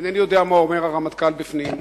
אינני יודע מה אומר הרמטכ"ל בפנים,